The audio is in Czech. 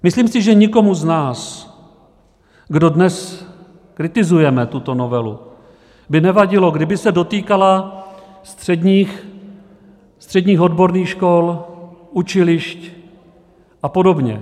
Myslím si, že nikomu z nás, kdo dnes kritizujeme tuto novelu, by nevadilo, kdyby se dotýkala středních odborných škol, učilišť apod.